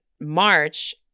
March